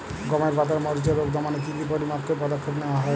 গমের পাতার মরিচের রোগ দমনে কি কি পরিমাপক পদক্ষেপ নেওয়া হয়?